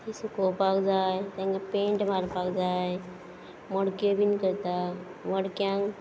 ती सुकोवपाक जाय तांकां पैंट मारपाक जाय मडक्यो बीन करता मडक्यांक